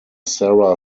sara